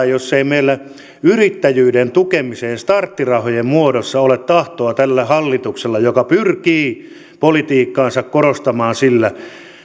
jos ei meillä yrittäjyyden tukemiseen starttirahojen muodossa ole tahtoa tällä hallituksella joka pyrkii politiikkaansa korostamaan sillä